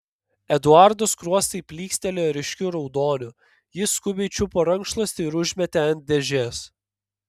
eduardo skruostai plykstelėjo ryškiu raudoniu jis skubiai čiupo rankšluostį ir užmetė ant dėžės